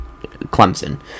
Clemson